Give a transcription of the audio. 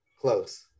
Close